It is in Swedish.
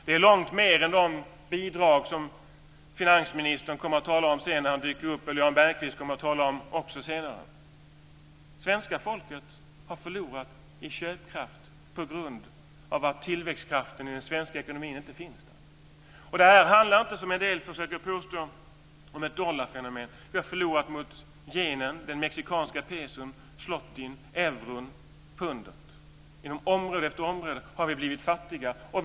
Det är långt mer än de bidrag som finansministern kommer att tala om sedan när han dyker upp, eller som också Jan Bergqvist kommer att tala om senare. Svenska folket har förlorat i köpkraft på grund av att tillväxtkraften i den svenska ekonomin inte finns där. Det handlar inte om, som en del försöker påstå, ett dollarfenomen. Vi har förlorat mot yenen, den mexikanska peson, zlotyn, euron och pundet. Inom område efter område har vi blivit fattigare.